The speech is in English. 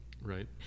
right